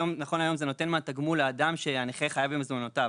היום זה נותן מהתגמול לאדם שהנכה חייב במזונותיו,